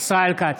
ישראל כץ,